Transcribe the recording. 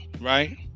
right